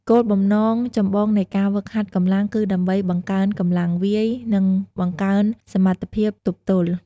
គោលបំណងចម្បងនៃការហ្វឹកហាត់កម្លាំងគឺដើម្បី បង្កើនកម្លាំងវាយ និងបង្កើនសមត្ថភាពទប់ទល់។